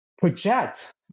project